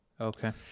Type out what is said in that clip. Okay